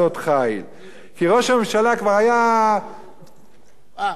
כי ראש הממשלה כבר היה קינג ביבי, גמרת לצטט?